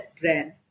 brand